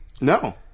No